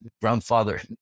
grandfather